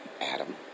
Adam